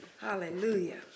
hallelujah